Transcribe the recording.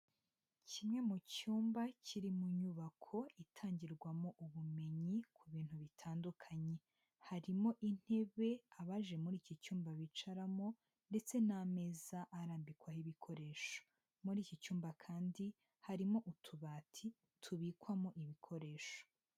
Kimwe mu cyumba kiri mu nyubako itangirwamo ubumenyi ku bintu bitandukanye, harimo intebe abaje muri iki cyumba bicaramo ndetse n'ameza arambikwaho ibikoresho, muri iki cyumba kandi harimo utubati tubikwamo ibikoresho.